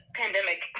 pandemic